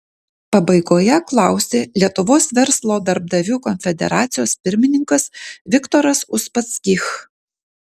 pabaigoje klausė lietuvos verslo darbdavių konfederacijos pirmininkas viktoras uspaskich